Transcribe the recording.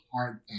hard